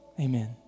Amen